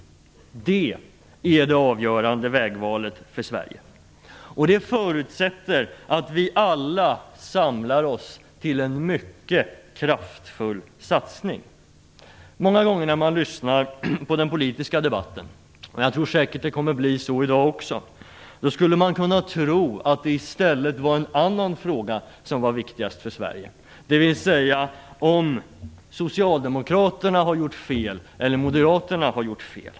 Det är det avgörande vägvalet för Sverige. Det förutsätter att vi alla samlar oss till en mycket kraftfull satsning. Många gånger när man lyssnar på den politiska debatten - och jag tror säkert att det kommer att bli så i dag också - skulle man kunna tro att det i stället var en annan fråga som var viktigast för Sverige, nämligen om Socialdemokraterna har gjort fel eller Moderaterna har gjort fel.